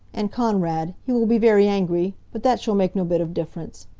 and konrad, he will be very angry, but that shall make no bit of difference.